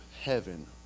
heaven